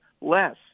less